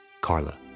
Carla